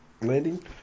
landing